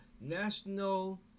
national